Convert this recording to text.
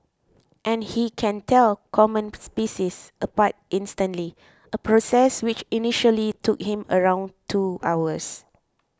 and he can tell common species apart instantly a process which initially took him around two hours